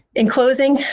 in closing,